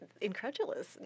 incredulous